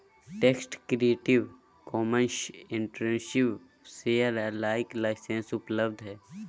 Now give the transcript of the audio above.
text Creative Commons attribution share alike licence उपलब्ध हइ